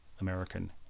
American